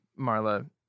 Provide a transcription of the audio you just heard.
Marla